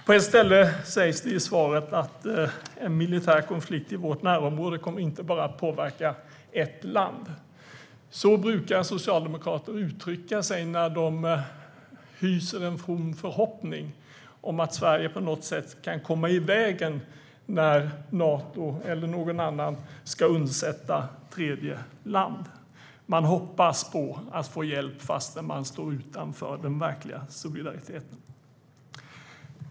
På ett ställe i svaret sägs det att en militär konflikt i vårt närområde inte bara kommer att påverka ett land. Så brukar socialdemokrater uttrycka sig när de hyser en from förhoppning om att Sverige på något sätt kan komma i vägen när Nato eller någon annan ska undsätta tredje land. Man hoppas på att få hjälp fastän man står utanför den verkliga solidariteten.